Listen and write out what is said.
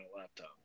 laptop